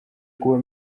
kuba